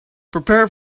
prepare